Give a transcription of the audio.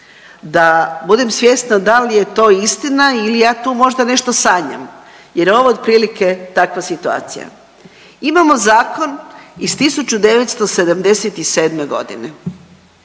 da budem svjesna da li je to istina ili ja tu možda nešto sanjam. Jer je ovo otprilike takva situacija. Imamo zakon iz 1977. godine